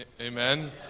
Amen